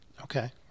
Okay